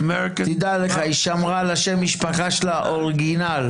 תדע לך, היא שמרה על שם המשפחה שלה אורגינל.